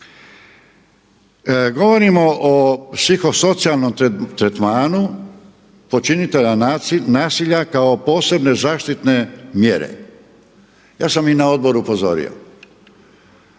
Govorimo o psiho-socijalnom tretmanu počinitelja nasilja kao posebne zaštitne mjere. Ja sam i na odboru upozorio.